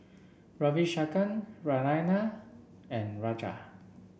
Ravi Shankar Naraina and Raja